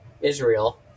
Israel